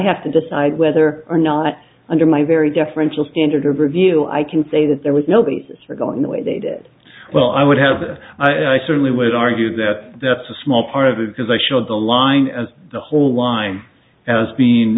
have to decide whether or not under my very deferential standard of review i can say that there was no basis for going the way they did well i would have i certainly would argue that that's a small part of it because i showed the line as the whole line as being